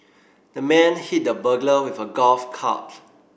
the man hit the burglar with a golf